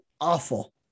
awful